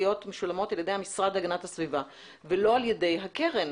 משולמות על ידי המשרד להגנת הסביבה ולא על ידי הקרן.